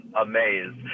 amazed